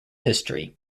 history